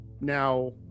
now